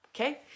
okay